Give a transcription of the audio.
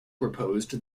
proposed